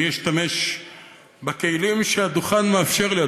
אני אשתמש בכלים שהדוכן מאפשר לי,